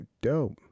dope